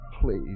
please